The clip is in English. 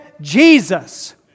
Jesus